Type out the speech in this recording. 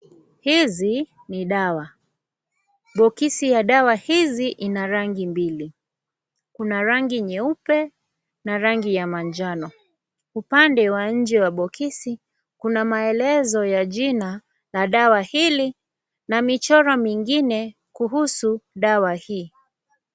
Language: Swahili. Hizi ni dawa. Bokisi ya dawa hizi ina rangi mbili. Kuna rangi nyeupe na rangi ya manjano. Upande wa inje wa bokisi, kuna maelezo ya jina na dawa hili na michoro mingine kuhusu dawa hii.